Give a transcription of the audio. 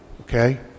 okay